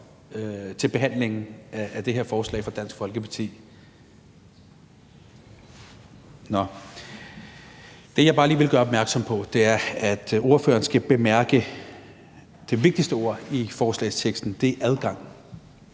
til behandlingen af det her forslag. Nå, det, jeg bare lige vil gøre opmærksom på, er, at ordføreren skal bemærke, at det vigtigste ord i forslagsteksten er adgang.